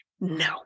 No